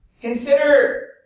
Consider